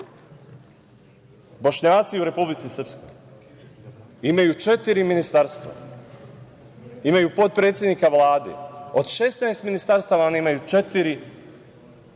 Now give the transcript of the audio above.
Bošnjaci u Republici Srpskoj imaju četiri ministarstva, imaju potpredsednika Vlade, od 16 ministarstava oni imaju četiri predstavnika